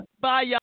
Bye